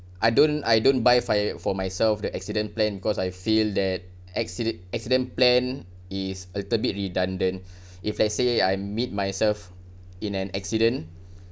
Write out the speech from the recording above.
I don't I don't buy fir~ for myself the accident plan cause I feel that accide~ accident plan is a little bit redundant if let's say I meet myself in an accident